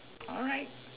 alright